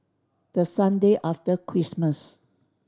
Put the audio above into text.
the Sunday after Christmas